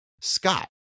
Scott